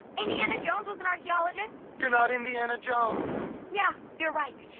indiana jones was an archaeologist! you're not indiana jones yeah, you're right.